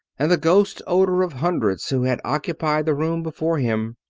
and the ghost-odor of hundreds who had occupied the room before him.